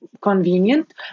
convenient